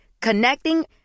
Connecting